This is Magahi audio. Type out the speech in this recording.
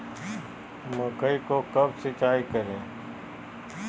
मकई को कब सिंचाई करे?